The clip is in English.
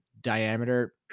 diameter